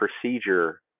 procedure